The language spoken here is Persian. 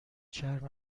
چرم